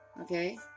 Okay